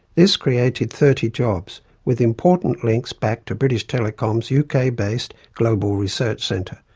this created thirty jobs, with important links back to british telecom's uk-based global research centre.